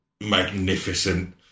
magnificent